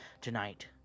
tonight